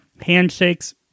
Handshakes